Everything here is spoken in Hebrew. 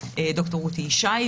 ד"ר רותי ישי,